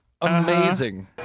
Amazing